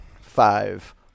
Five